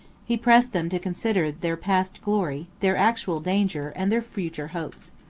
he pressed them to consider their past glory, their actual danger, and their future hopes.